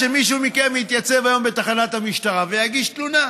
שמישהו מכם יתייצב היום בתחנת המשטרה ויגיש תלונה.